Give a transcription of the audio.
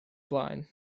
blaen